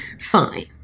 fine